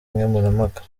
nkemurampaka